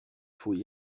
faut